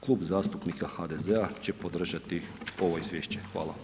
Klub zastupnika HDZ-a će podržati ovo izvješće.